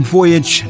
Voyage